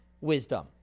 wisdom